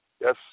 Yes